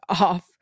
off